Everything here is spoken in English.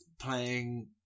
playing